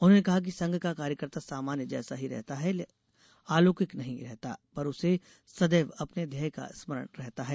उन्होंने कहा कि संघ का कार्यकर्ता सामान्य जैसा ही रहता है आलौकिक नहीं रहता पर उसे सदैव अपने ध्येय का स्मरण रहता है